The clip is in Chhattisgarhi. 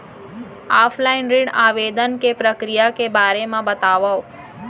ऑफलाइन ऋण आवेदन के प्रक्रिया के बारे म बतावव?